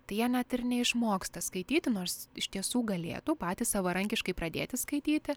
tai jie net ir neišmoksta skaityti nors iš tiesų galėtų patys savarankiškai pradėti skaityti